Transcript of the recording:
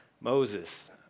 Moses